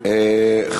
מישהו מחליף אותו?